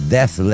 Death